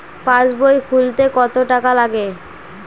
পাশবই খুলতে কতো টাকা লাগে?